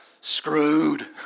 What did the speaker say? screwed